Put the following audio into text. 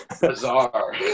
bizarre